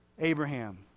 Abraham